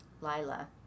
Lila